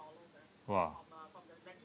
!wah!